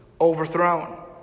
overthrown